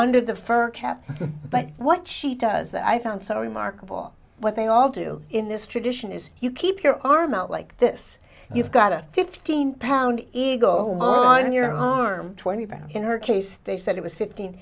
under the fur cap but what she does that i found so remarkable what they all do in this tradition is you keep your arm out like this you've got a fifteen pound ego on your harm twenty pounds in her case they said it was fifteen